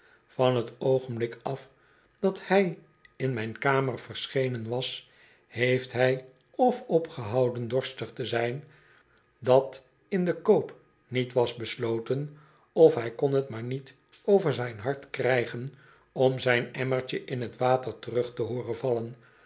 van t oogenblik af dat hy in myn kamer verschenen was heeft hij of opgehouden dorstig te zijn dat in den koop niet was besloten of hij kon het maar niet over zijn hart krijgen om zijn emmertje in t water terug te hooren vallen